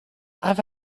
have